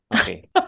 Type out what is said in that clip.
Okay